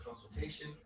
consultation